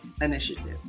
Initiative